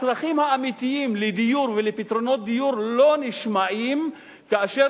הצרכים האמיתיים לדיור ולפתרונות דיור לא נשמעים כאשר